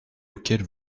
auquel